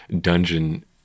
dungeon